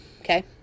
okay